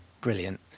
Brilliant